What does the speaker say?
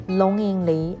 longingly